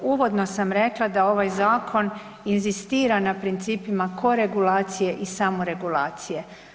Uvodno sam rekla da ovaj zakon inzistira na principima koregulacije i samoregulacije.